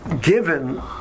given